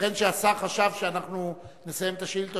ייתכן שהשר חשב שאנחנו נסיים את השאילתות.